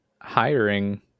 hiring